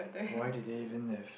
why did they even have